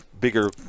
bigger